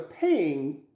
paying